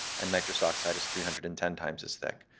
and nitrous oxide is three hundred and ten times as thick,